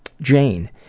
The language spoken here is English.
Jane